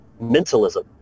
mentalism